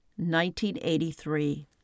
1983